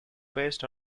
based